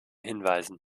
hinweisen